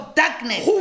darkness